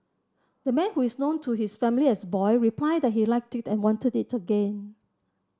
the man who is known to his family as Boy replied that he liked it and wanted it again